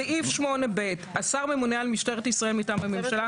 סעיף 8ב השר ממונה על משטרת ישראל מטעם הממשלה,